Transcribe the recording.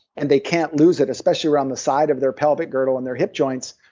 and they can't lose it, especially around the side of their pelvic girdle and their hip joints.